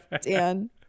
Dan